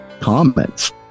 comments